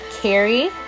Carrie